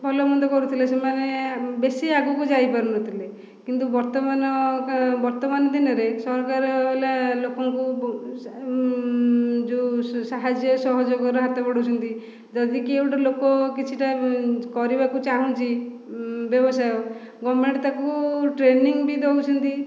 ଭଲ ମନ୍ଦ କରୁଥିଲେ ସେମାନେ ବେଶୀ ଆଗକୁ ଯାଇପାରୁନଥିଲେ କିନ୍ତୁ ବର୍ତ୍ତମାନ ବର୍ତ୍ତମାନ ଦିନରେ ସରକାର ହେଲା ଲୋକଙ୍କୁ ଯେଉଁ ସାହାଯ୍ୟ ସହଯୋଗର ହାତ ବଢ଼ାଉଛନ୍ତି ଯଦି କିଏ ଗୋଟେ ଲୋକ କିଛି ଟା କରିବାକୁ ଚାହୁଁଛି ବ୍ୟବସାୟ ଗଭର୍ଣ୍ଣମେଣ୍ଟ ତାଙ୍କୁ ଟ୍ରେନିଙ୍ଗ୍ ବି ଦେଉଛନ୍ତି